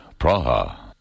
Praha